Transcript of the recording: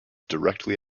directly